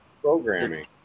Programming